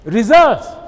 Results